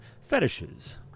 fetishes